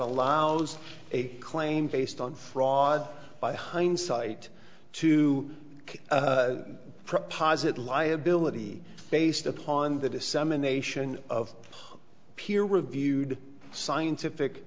allows a claim based on fraud by hindsight to posit liability based upon the dissemination of peer reviewed scientific